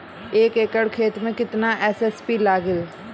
एक एकड़ खेत मे कितना एस.एस.पी लागिल?